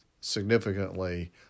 significantly